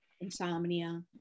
insomnia